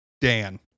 Dan